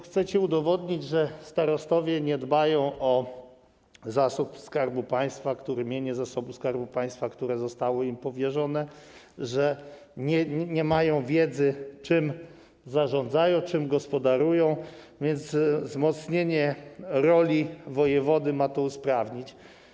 Chcecie udowodnić, że starostowie nie dbają o zasób Skarbu Państwa, o mienie zasobu Skarbu Państwa, które zostało im powierzone, że nie mają wiedzy, czym zarządzają, czym gospodarują, więc wzmocnienie roli wojewody ma to usprawnić.